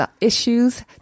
issues